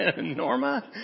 Norma